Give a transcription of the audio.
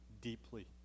deeply